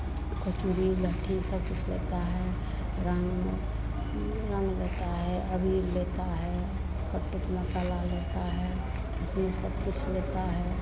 उसमें लड़की सब कुछ लेता है रंग रंग लेता है अबीर लेता है कटक मसाला लेता है इसमें सब कुछ लेता है